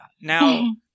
now